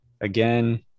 Again